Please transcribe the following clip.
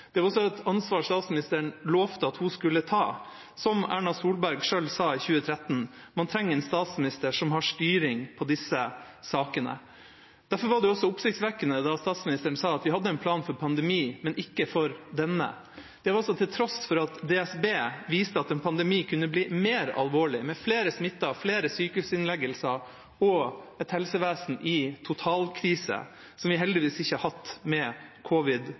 Det er også et ansvar statsministeren lovte at hun skulle ta. Som Erna Solberg selv sa i 2013: «Man trenger en statsminister som har styring i disse sakene.» Derfor var det også oppsiktsvekkende da statsministeren sa at de hadde en plan for pandemi, men ikke for denne. Det var altså til tross for at DSB viste at en pandemi kunne bli mer alvorlig, med flere smittede, flere sykehusinnleggelser og et helsevesen i totalkrise, som vi heldigvis ikke har hatt med